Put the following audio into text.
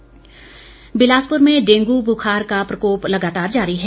डेंग् बिलासपुर में डेंगू बुखार का प्रकोप लगातार जारी है